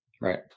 Right